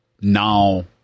now